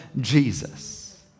Jesus